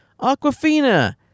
Aquafina